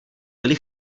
byly